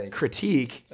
critique